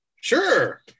Sure